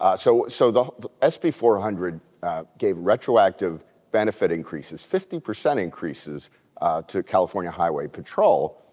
ah so so the the sb four hundred gave retroactive benefit increases, fifty percent increases to california highway patrol,